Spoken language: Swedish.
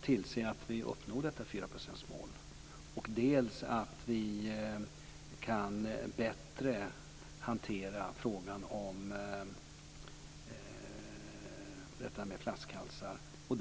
tillse att vi uppnår detta 4 procentsmål, dels ger oss bättre möjligheter att hantera frågan om flaskhalsar.